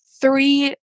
three